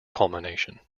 culmination